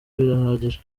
birahagije